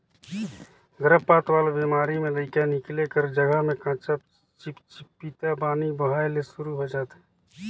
गरभपात वाला बेमारी में लइका निकले कर जघा में कंचा चिपपिता पानी बोहाए ले सुरु होय जाथे